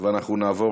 ואנחנו נעבור